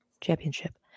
Championship